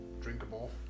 Drinkable